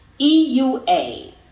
EUA